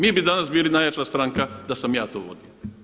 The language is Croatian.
Mi bi danas bili najjača stranka da sam ja to vodio.